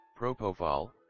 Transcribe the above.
Propofol